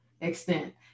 extent